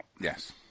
Yes